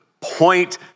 point